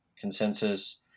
consensus